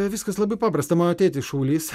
viskas labai paprasta mano tėtis šaulys